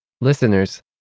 Listeners